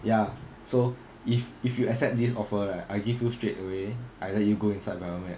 ya so if if you accept this offer right I give you straight away I let you go inside bio med